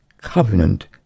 covenant